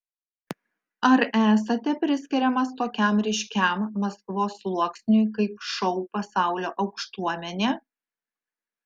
ar esate priskiriamas tokiam ryškiam maskvos sluoksniui kaip šou pasaulio aukštuomenė